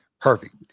Perfect